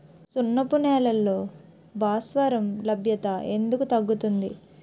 సున్నపు నేలల్లో భాస్వరం లభ్యత ఎందుకు తగ్గుతుంది?